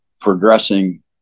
progressing